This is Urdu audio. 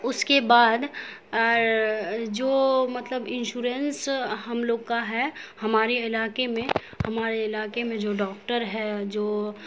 اس کے بعد جو مطلب انشورنس ہم لوگ کا ہے ہمارے علاقے میں ہمارے علاقے میں جو ڈاکٹر ہے جو